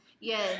yes